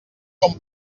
com